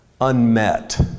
unmet